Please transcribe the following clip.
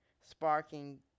sparking